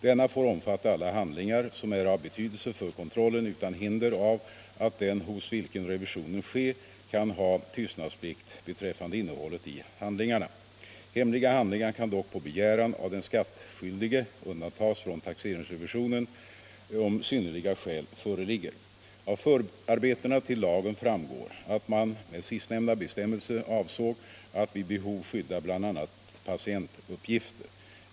Denna får omfatta alla handlingar som är av betydelse för kontrollen, utan hinder av att den hos vilken revision sker kan ha tystnadsplikt beträffande innehållet i handlingarna. Hemliga handlingar kan dock på begäran av den skattskyldige undantas från taxeringsrevisionen om synnerliga skäl föreligger. Av förarbetena till lagen framgår att man med sistnämnda bestämmelse avsåg att vid behov skydda bl.a. patientuppgifter.